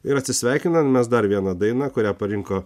ir atsisveikinant mes dar viena daina kurią parinko